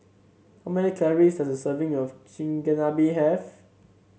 how many calories does a serving of Chigenabe have